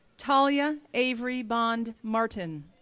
taliah avery bond martin,